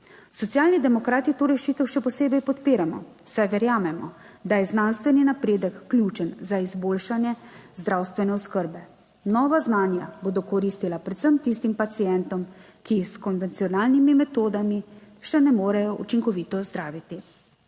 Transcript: Socialni demokrati to rešitev še posebej podpiramo, saj verjamemo, da je znanstveni napredek ključen za izboljšanje zdravstvene oskrbe. Nova znanja bodo koristila predvsem tistim pacientom, ki jih s konvencionalnimi metodami še ne morejo učinkovito zdraviti.